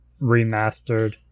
remastered